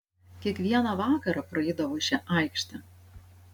kiekvieną vakarą praeidavo šia aikšte